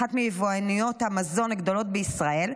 אחת מיבואניות המזון הגדולות בישראל,